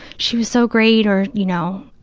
she was so great or, you know,